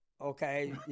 Okay